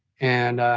and